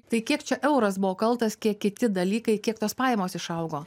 tai kiek čia euras buvo kaltas kiek kiti dalykai kiek tos pajamos išaugo